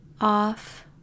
off